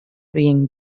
being